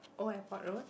Old Airport Road